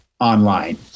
online